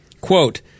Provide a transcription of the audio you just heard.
Quote